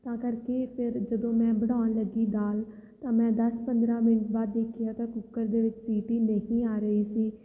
ਤਾਂ ਕਰਕੇ ਫਿਰ ਜਦੋਂ ਮੈਂ ਬਣਾਉਣ ਲੱਗੀ ਦਾਲ ਤਾਂ ਮੈਂ ਦਸ ਪੰਦਰ੍ਹਾਂ ਮਿੰਟ ਬਾਅਦ ਦੇਖਿਆ ਤਾਂ ਕੁੱਕਰ ਦੇ ਵਿੱਚ ਸੀਟੀ ਨਹੀਂ ਆ ਰਹੀ ਸੀ